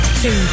two